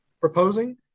proposing